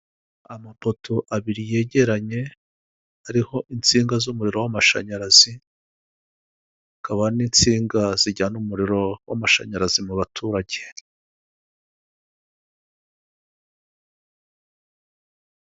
Amapoto abiri yegeranye ariho insinga z'umuriro w'amashanyarazi, akaba n'insinga zijyana umuriro w'amashanyarazi mu baturage.